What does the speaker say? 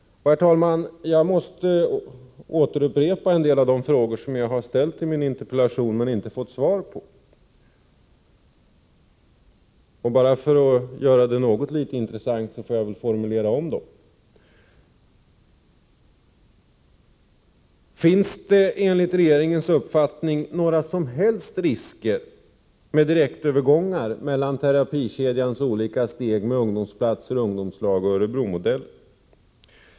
Jag måste upprepa en del av de frågor som jag ställt i min interpellation men som jag inte fått svar på. Bara för att göra frågorna åtminstone något intressanta får jag väl formulera om dem: 1. Finns det enligt regeringens uppfattning några som helst risker med direktövergångar mellan terapikedjans olika steg — med ungdomsplatser, ungdomslag och Örebromodeller? 2.